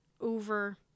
over